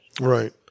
Right